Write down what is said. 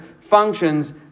functions